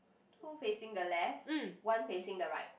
two facing the left one facing the right